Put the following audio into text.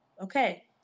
Okay